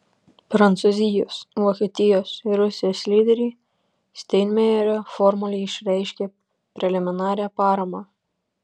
prancūzijos vokietijos ir rusijos lyderiai steinmeierio formulei išreiškė preliminarią paramą